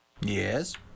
Yes